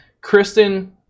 Kristen